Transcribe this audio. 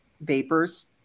vapors